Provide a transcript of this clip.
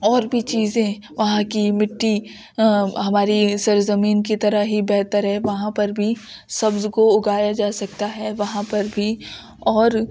اور بھی چیزیں وہاں کی مٹی ہماری سرزمین کی طرح ہی بہتر ہے وہاں پر بھی سبز کو اگایا جا سکتا ہے وہاں پر بھی اور